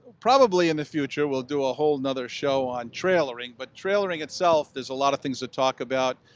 probably in the future, we'll do a whole and other show on trailering, but trailering itself, there's a lot of things to talk about.